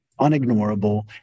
unignorable